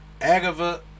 Agava